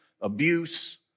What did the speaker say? abuse